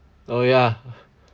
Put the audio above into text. oh yeah